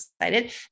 excited